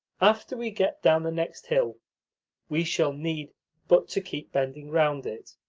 after we get down the next hill we shall need but to keep bending round it.